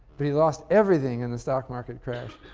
but he lost everything in the stock market crash.